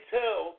tell